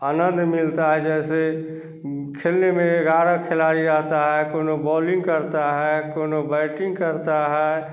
आनंद मिलता है जैसे खेलने में ग्यारह खिलाड़ी आता है कोनो बॉलिंग करता है कोनो बैटिंग करता है